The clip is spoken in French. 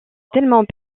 tellement